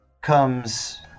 Comes